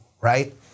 right